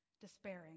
despairing